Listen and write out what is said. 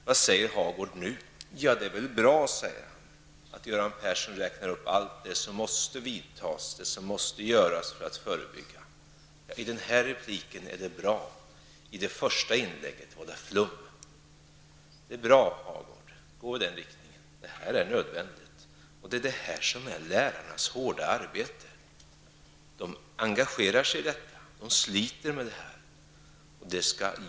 Vad säger Birger Hagård nu? Ja, det är väl bra, säger han, att Göran Persson räknar upp de åtgärder som måste vidtas för att detta skall kunna förebyggas. I det här inlägget är det bra, men i det första var det flum. Det är bra, Birger Hagård, gå i den riktningen. Det här är nödvändigt, och det är detta som är lärarnas hårda arbete. De engagerar sig i detta och sliter med detta.